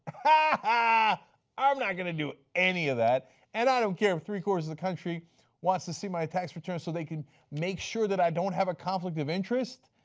ah i am not going to do any of that and i don't care if three quarters of the country was to see my tax return so they can make sure that i don't have a conflict of interest,